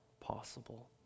possible